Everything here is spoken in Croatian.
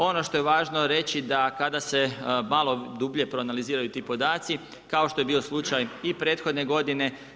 Ono što je važno reći da kada se malo dublje proanaliziraju ti podaci kao što je bio slučaj i prethodne godine.